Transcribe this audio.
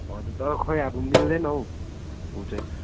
हजुर तर खै अब मिल्दैन हो ऊ चाहिँ